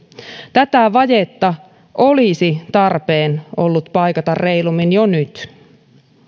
tätä vajetta olisi tarpeen ollut paikata reilummin jo nyt